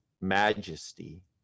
majesty